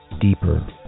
deeper